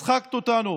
הצחקת אותנו.